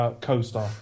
co-star